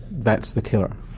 that's the killer.